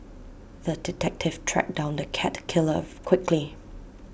the detective tracked down the cat killer quickly